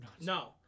No